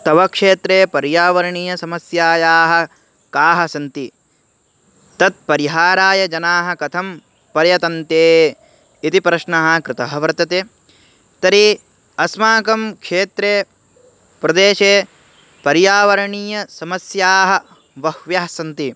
तव क्षेत्रे पर्यावरणीयसमस्याः काः सन्ति तत्परिहारायजनाः कथं पर्यटन्ते इति प्रश्नः कृतः वर्तते तर्हि अस्माकं क्षेत्रे प्रदेशे पर्यावरणीयसमस्याः बह्व्यः सन्ति